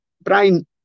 Brian